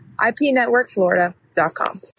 ipnetworkflorida.com